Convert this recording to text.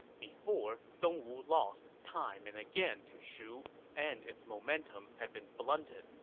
before, dongwu lost time and again to shu and its momentum had been blunted,